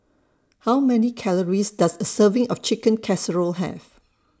How Many Calories Does A Serving of Chicken Casserole Have